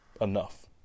enough